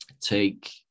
take